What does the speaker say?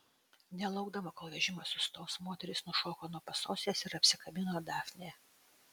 nelaukdama kol vežimas sustos moteris nušoko nuo pasostės ir apsikabino dafnę